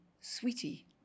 sweetie